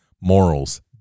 morals